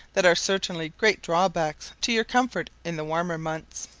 that are certainly great drawbacks to your comfort in the warmer months.